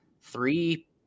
three